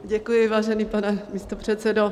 Děkuji, vážený pane místopředsedo.